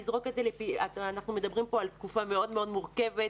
אנחנו מדברים כאן על תקופה מאוד מאוד מורכבת